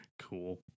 Cool